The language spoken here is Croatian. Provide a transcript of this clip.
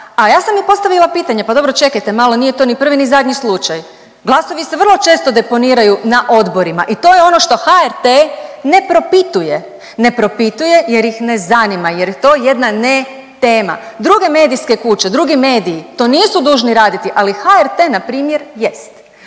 a ja sam i postavila pitanje, pa dobro, čekajte malo, nije to nije to ni prvi ni zadnji slučaj, glasovi se vrlo često deponiraju na odborima i to je ono što HRT ne propituje. Ne propituje jer ih ne zanima, jer je to jedna netema. Druge medijske kuće, drugi mediji to nisu dužni raditi, ali HRT, npr. jest.